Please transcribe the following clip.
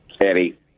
Eddie